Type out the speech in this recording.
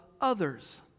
others